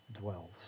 dwells